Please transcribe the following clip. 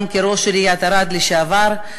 גם כראש עיריית ערד לשעבר,